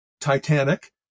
Titanic